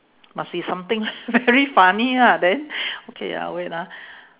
must be something very funny lah then okay ya wait ah